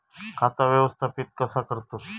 खाता व्यवस्थापित कसा करतत?